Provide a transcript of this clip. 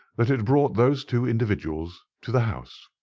that it brought those two individuals to the house.